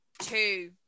two